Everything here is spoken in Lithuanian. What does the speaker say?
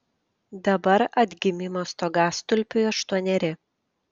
dabar atgimimo stogastulpiui aštuoneri